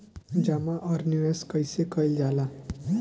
जमा और निवेश कइसे कइल जाला?